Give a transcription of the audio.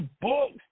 books